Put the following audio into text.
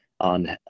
on